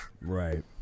right